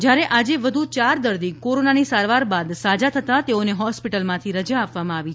જ્યારે આજે વધુ યાર દર્દી કોરોનાની સારવાર બાદ સાજા થતાં તેઓને હોસ્પીટલમાંથી રજા આપવામાં આવી છે